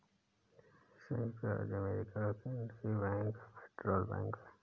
सयुक्त राज्य अमेरिका का केन्द्रीय बैंक फेडरल बैंक है